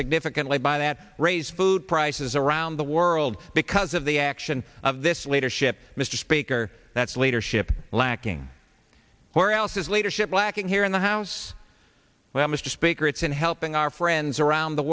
significantly by that raise food prices around the world because of the action of this leadership mr speaker that's leadership lacking or else is leadership lacking here in the house well mr speaker it's in helping our friends around the